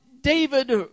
David